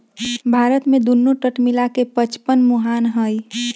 भारत में दुन्नो तट मिला के पचपन मुहान हई